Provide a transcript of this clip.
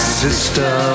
sister